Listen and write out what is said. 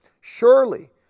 Surely